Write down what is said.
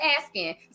asking